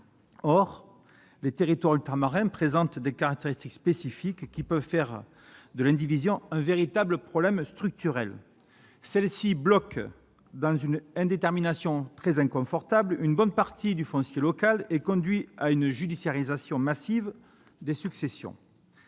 Or les territoires ultramarins présentent des caractéristiques spécifiques, qui peuvent faire de l'indivision un véritable problème structurel. Celle-ci « bloque », dans une indétermination très inconfortable, une bonne partie du foncier local et conduit à une judiciarisation massive des successions.